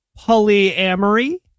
polyamory